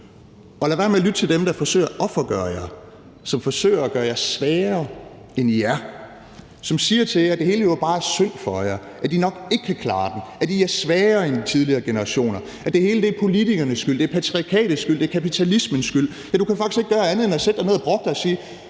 lad være med at lytte til dem, der forsøger at offergøre jer; som forsøger at gøre jeg svagere, end I er; som siger til jer, at det hele jo bare er synd for jer, at I nok ikke kan klare den, at I er svagere end tidligere generationer, at det hele er politikernes skyld, at det er patriarkatets skyld, at det er kapitalismens skyld. Ja, du kan faktisk ikke gøre andet end at sætte dig ned og brokke dig og sige: